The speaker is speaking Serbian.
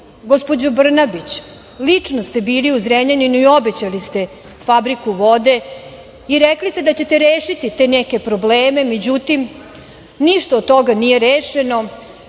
Brnabić, lično ste bili u Zrenjaninu i obećali ste fabriku vode i rekli ste da ćete rešiti te neke probleme, međutim, ništa od toga nije rešeno,